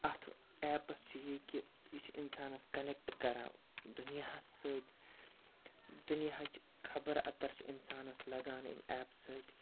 اَتھ ایپَس چھُ یہِ کہِ یہِ چھُ اِنسانَس کَنٮ۪کٹ کَران دُنیاہَس سۭتۍ دُنیاہٕچ خبر اَتَر چھِ اِنسانَس لگان امہِ ایپ سۭتۍ